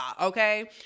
okay